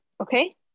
okay